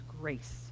grace